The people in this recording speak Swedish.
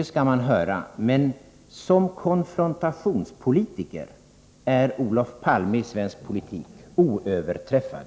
Som konfrontationspolitiker är Olof Palme i svensk politik oöverträffad.